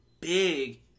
big